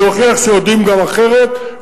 להוכיח שיודעים גם אחרת,